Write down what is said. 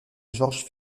george